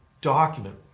document